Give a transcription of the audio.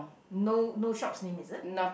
no no shops name is it